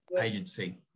agency